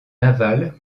navals